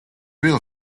real